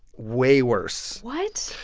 way worse what?